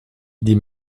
die